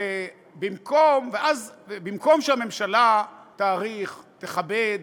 ובמקום שהממשלה תעריך, תכבד,